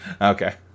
Okay